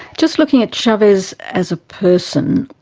just looking at chavez as a person,